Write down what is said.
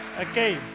Okay